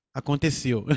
aconteceu